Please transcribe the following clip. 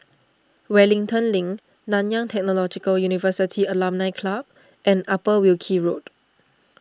Wellington Link Nanyang Technological University Alumni Club and Upper Wilkie Road